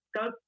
go